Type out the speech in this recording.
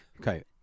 Okay